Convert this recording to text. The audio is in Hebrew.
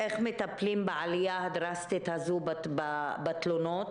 איך מטפלים בעלייה הדרסטית הזו בתלונות,